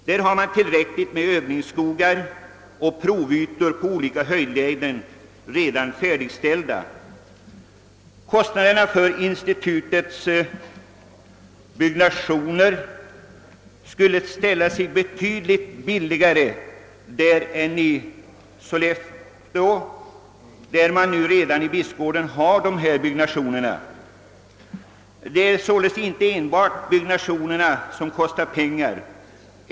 Där finns tillräckligt med övningsskogar, och provytor på olika höjdlägen finns redan färdigställda. Kostnaderna för byggande av institutet och dess lokaler skulle bli betydligt lägre där än i Sollefteå, eftersom man redan har en hel del anordningar i Bispgården. Men det är inte enbart uppbyggnad av lokaler som kostar pengar.